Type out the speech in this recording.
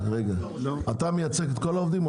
אתה מייצג את כל העובדים?